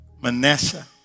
Manasseh